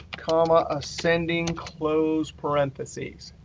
comma, ascending, close parentheses.